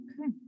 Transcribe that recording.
Okay